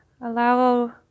Allow